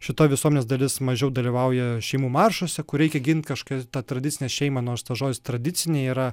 šita visuomenės dalis mažiau dalyvauja šeimų maršuose kur reikia ginti kažką tą tradicinę šeimą nors tas žodis tradicinė yra